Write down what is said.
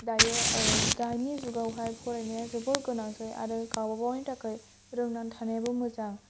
दायो दानि जुगावहाय फरायनाया जोबोर गोनांसै आरो गाबागावनि थाखाय रोंनानै थानायाबो मोजां